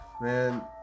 man